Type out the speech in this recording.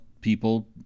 people